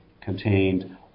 contained